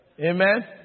Amen